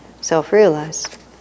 self-realized